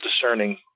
discerning